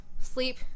sleep